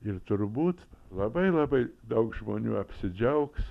ir turbūt labai labai daug žmonių apsidžiaugs